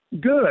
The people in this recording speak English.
Good